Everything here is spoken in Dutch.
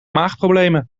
maagproblemen